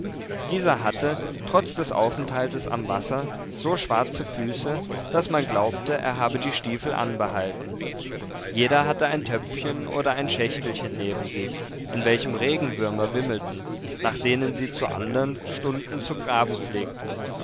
dieser hatte trotz des aufenthaltes am wasser so schwarze füße daß man glaubte er habe die stiefel anbehalten jeder hatte ein töpfchen oder ein schächtelchen neben sich in welchem regenwürmer wimmelten nach denen sie zu andern stunden zu graben pflegten